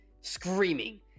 screaming